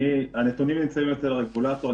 הנתונים נמצאים אצל הרגולטור.